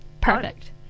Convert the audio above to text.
perfect